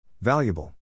Valuable